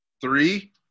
Three